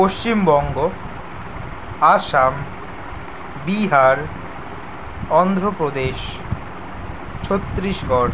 Paschimbanga Assam Bihar Andhra Pradesh Chhattisgarh